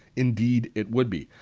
indeed, it would be.